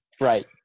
Right